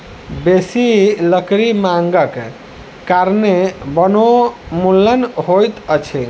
बेसी लकड़ी मांगक कारणें वनोन्मूलन होइत अछि